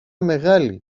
μεγάλη